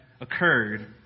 occurred